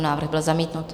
Návrh byl zamítnut.